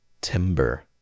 Timber